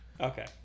Okay